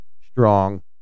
strong